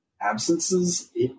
absences